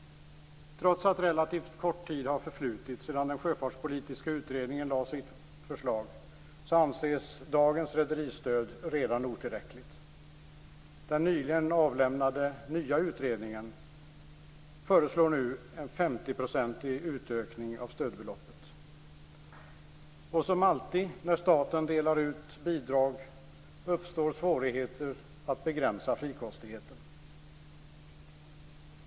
Trots att relativt kort tid har förflutit sedan den sjöfartspolitiska utredningen lade fram sitt förslag anses dagens rederistöd redan otillräckligt. Den nyligen avlämnade nya utredningen föreslår nu en 50 Som alltid när staten delar ut bidrag uppstår svårigheter att begränsa frikostigheten.